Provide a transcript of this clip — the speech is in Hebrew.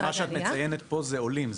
את מציינת פה עולים.